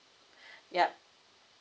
ya